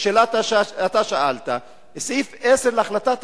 שאלה שאתה שאלת: סעיף 10 להחלטת הממשלה,